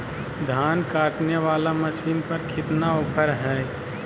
धान काटने वाला मसीन पर कितना ऑफर हाय?